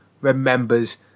remembers